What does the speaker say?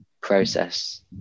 process